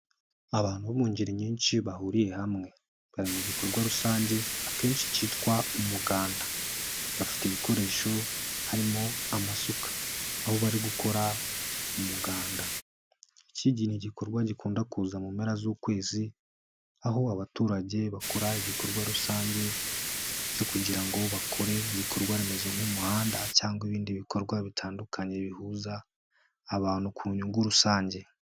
Abantu bo mu ngeri nyinshi bahuriye hamwe bari mu gikorwa rusange akenshi kitwa umuganda. Bafite ibikoresho harimo amasuka, aho bari gukora umuganda. Iki ni igikorwa gikunda kuza mu mpera z'ukwezi aho abaturage bakora igikorwa rusange cyo kugira ngo bakore igikorwaremezo nk'umuhanda cyangwa ibindi bikorwa bitandukanye bihuza abantu ku nyungu rusange.